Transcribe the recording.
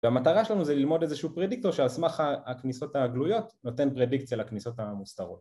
והמטרה שלנו זה ללמוד איזשהו פרדיקטור שהסמך הכניסות הגלויות נותן פרדיקציה לכניסות המוסתרות